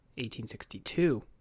1862